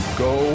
go